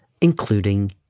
including